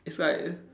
it's like